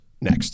next